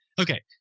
Okay